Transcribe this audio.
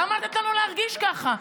למה לתת לנו להרגיש ככה?